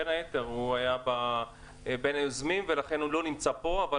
כחבר ועדת כלכלה אני אייצג אותו.